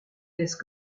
laisse